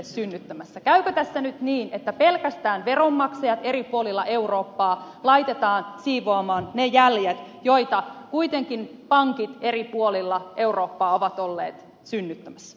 käykö tässä nyt niin että pelkästään veronmaksajat eri puolilla eurooppaa laitetaan siivoamaan ne jäljet joita kuitenkin pankit eri puolilla eurooppaa ovat olleet synnyttämässä